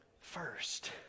first